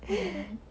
mmhmm